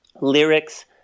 lyrics